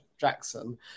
Jackson